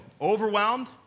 Overwhelmed